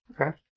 Okay